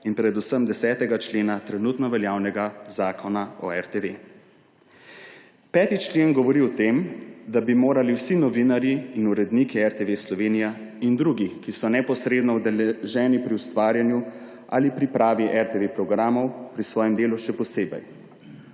in predvsem 10. člena trenutno veljavnega Zakona o RTV. 5. člen govori o tem, da bi morali vsi novinarji in uredniki RTV Slovenija in drugi, ki so neposredno udeleženi pri ustvarjanju ali pripravi RTV programov, pri svojem delu še posebej